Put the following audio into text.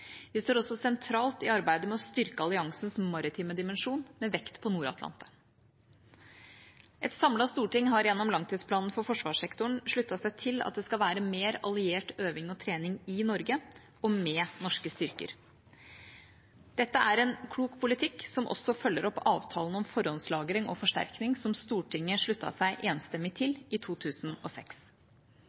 Vi står også sentralt i arbeidet med å styrke alliansens maritime dimensjon, med vekt på Nord-Atlanteren. Et samlet storting har gjennom langtidsplanen for forsvarssektoren sluttet seg til at det skal være mer alliert øving og trening i Norge og med norske styrker. Dette er en klok politikk som også følger opp avtalen om forhåndslagring og forsterkning som Stortinget sluttet seg enstemmig til i 2006.